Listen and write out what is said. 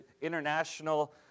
international